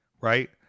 right